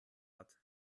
hat